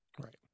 right